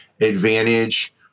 advantage